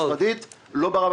אבל במקרה